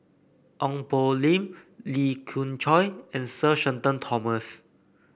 Ong Poh Lim Lee Khoon Choy and Sir Shenton Thomas